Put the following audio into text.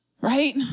right